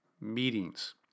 meetings